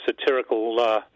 satirical